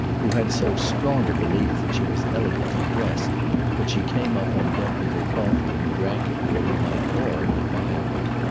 who had so strong a belief that she was elegantly dressed that she came up on deck with her coffee, and drank it where we might all admire her.